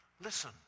listen